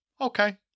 Okay